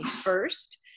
first